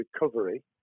recovery